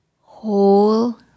Whole